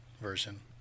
version